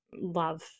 love